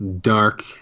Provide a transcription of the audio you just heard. dark